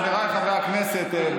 חבריי חברי הכנסת,